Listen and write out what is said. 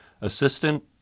Assistant